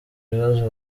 bibazo